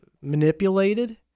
manipulated